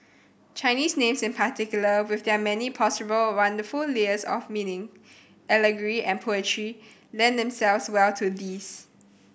Chinese names in particular with their many possible wonderful layers of meaning allegory and poetry lend themselves well to this